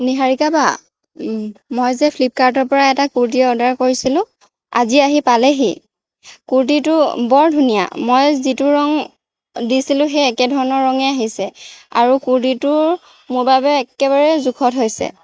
নিহাৰীকা বা মই যে ফ্লিপকাৰ্টৰ পৰা এটা কুৰ্তি অৰ্ডাৰ কৰিছিলোঁ আজি আহি পালেহি কুৰ্তিটো বৰ ধুনীয়া মই যিটো ৰং দিছিলোঁ সেই একেধৰণৰে ৰঙেই আহিছে আৰু কুৰ্তিটো মোৰ বাবে একেবাৰে জোখত হৈছে